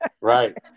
right